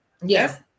Yes